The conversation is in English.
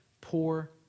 poor